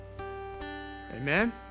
Amen